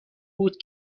بود